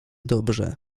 dobrze